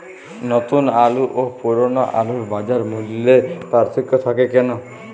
নতুন আলু ও পুরনো আলুর বাজার মূল্যে পার্থক্য থাকে কেন?